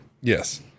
Yes